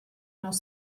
nos